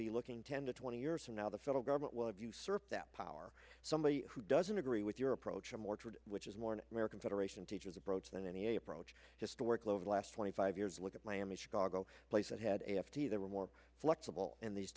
be looking ten to twenty years from now the federal government will have usurped that power somebody who doesn't agree with your approach or mortared which is more an american federation teachers approach than any approach historically over the last twenty five years look at miami chicago place that had a hefty they were more flexible in these